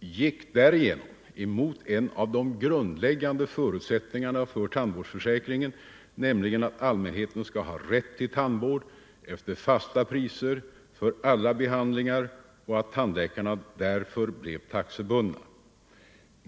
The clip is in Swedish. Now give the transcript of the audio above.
gick därmed emot en av de grundläggande förutsättningarna för tandvårdsförsäkringen, nämligen den att allmänheten skall ha rätt till tandvård efter fasta priser för alla behandlingar samt att tandläkarna därför skall vara taxebundna.